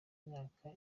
imyaka